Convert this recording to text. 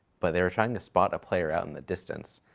but they were trying to spot a player out in the distance,